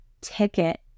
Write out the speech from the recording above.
ticket